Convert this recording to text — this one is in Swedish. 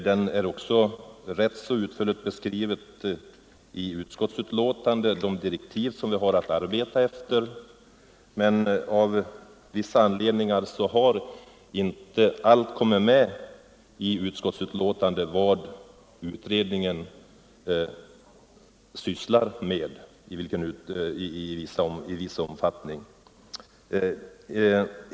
De direktiv som utredningen har att arbeta efter är också rätt utförligt beskrivna i betänkandet, men av vissa skäl har inte allt det som utredningen sysslar med redovisats i betänkandet.